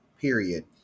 period